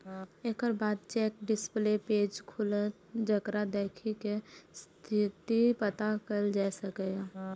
एकर बाद check display page खुलत, जेकरा देखि कें स्थितिक पता कैल जा सकैए